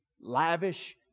Lavish